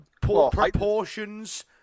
proportions